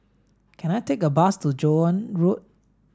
can I take a bus to Joan Road